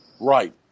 Right